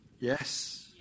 Yes